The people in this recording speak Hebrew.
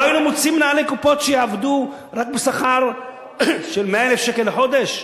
לא היינו מוצאים מנהלי קופות שיעבדו רק בשכר של 100,000 שקל לחודש,